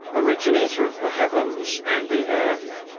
originator of the heavens and the earth,